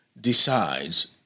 decides